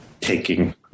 taking